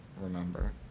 remember